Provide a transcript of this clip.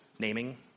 Naming